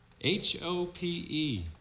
H-O-P-E